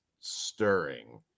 stirring